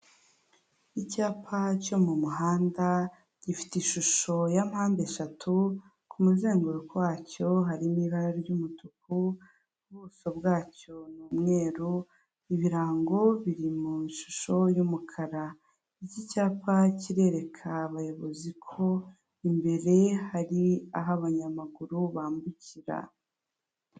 Icyapa cyo mu muhanda gifite ishusho ya mpandeshatu ku muzenguruko wacyo harimo ibara ry'umutuku, ubuso bwacyo ni umweru, ibirango biri mu ishusho y'umukara, iki cyapa kirereka abayobozi ko imbere ye hari aho abanyamaguru bambukira.